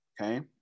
okay